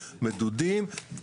מדודים,